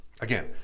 Again